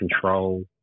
control